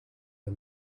the